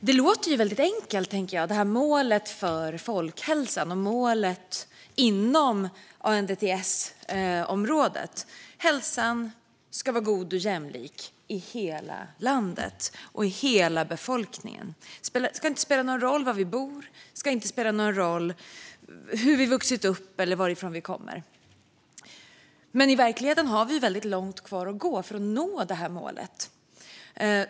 Herr talman! Målet för folkhälsan och målet inom ANDTS-området låter enkelt: Hälsan ska vara god och jämlik i hela landet och i hela befolkningen. Det ska inte spela någon roll var vi bor, hur vi har vuxit upp eller varifrån vi kommer. Men i verkligheten har vi långt kvar att gå för att nå målet.